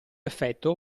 effetto